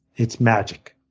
it's magic,